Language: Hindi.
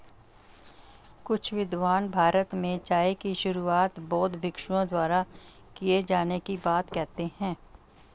कुछ विद्वान भारत में चाय की शुरुआत बौद्ध भिक्षुओं द्वारा किए जाने की बात कहते हैं